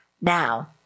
Now